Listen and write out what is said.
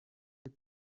des